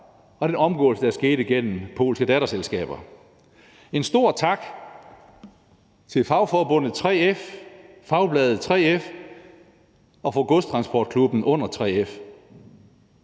og den omgåelse, der skete gennem polske datterselskaber. En stor tak til fagforbundet 3F, Fagbladet 3F og godstransportklubben under 3F.